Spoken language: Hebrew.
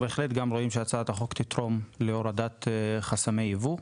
אנחנו בהחלט רואים שהצעת החוק תתרום להורדת חסמי ייבוא.